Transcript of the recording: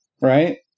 right